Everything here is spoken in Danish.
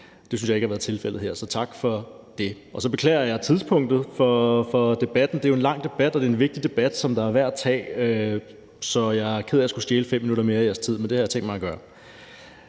Det synes jeg ikke har været tilfældet her – så tak for det. Så beklager jeg tidspunktet for debatten. Det har jo været en lang debat, og det er en vigtig debat, som er værd at tage, så jeg er ked af at skulle stjæle 5 minutter mere af jeres tid, men det har jeg tænkt mig at gøre.